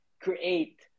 create